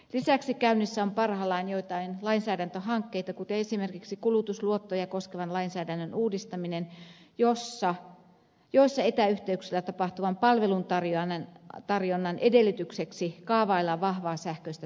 lisäksi käynnissä on parhaillaan joitain lainsäädäntöhankkeita kuten esimerkiksi kulutusluottoja koskevan lainsäädännön uudistaminen joissa etäyhteyksillä tapahtuvan palvelutarjonnan edellytykseksi kaavaillaan vahvaa sähköistä tunnistamista